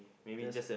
does